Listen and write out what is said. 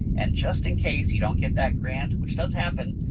and just in case you don't get that grant which does happen,